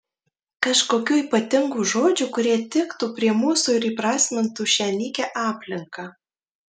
kažkokių ypatingų žodžių kurie tiktų prie mūsų ir įprasmintų šią nykią aplinką